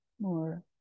more